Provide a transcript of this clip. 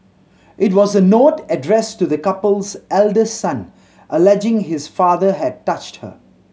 it was a note addressed to the couple's eldest son alleging his father had touched her